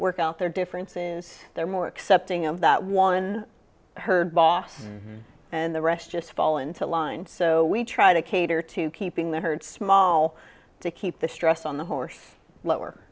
work out their differences they're more accepting of that one herd boss and the rest just fall into line so we try to cater to keeping the herd small to keep the stress on the horse lower